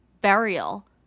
burial